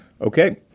Okay